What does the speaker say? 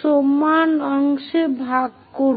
সমান অংশে ভাগ করুন